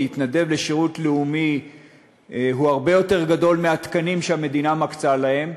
להתנדב לשירות לאומי הוא הרבה יותר גדול מהתקנים שהמדינה מקצה להם.